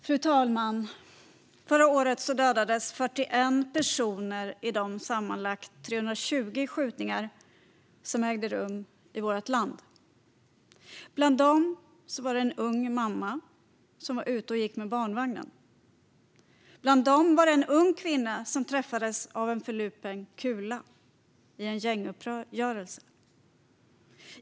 Fru talman! Förra året dödades 41 personer i de sammanlagt 320 skjutningar som ägde rum i vårt land. Bland dem var det en ung mamma som var ute och gick med barnvagnen. Bland dem var det en ung kvinna som träffades av en förlupen kula i en gänguppgörelse.